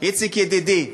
איציק ידידי,